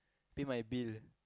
pay my bill